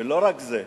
ולא רק זה,